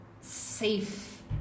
safe